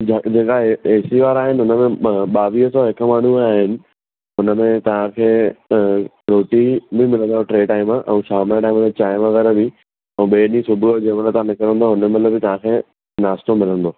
जेका A C वारा आहिनि हुन में ॿ ॿावीह सौ हिकु माण्हूअ जा आहिनि हुन में तव्हांखे रोटी बि मिलंदव टे टाइम ऐं शाम जे टाइम चांहि वग़ैरह बि ऐं ॿिएं ॾींहुं सुबुहु जे महिल तव्हां निकिरंदव हुन महिल बि तव्हांखे नास्तो मिलंदो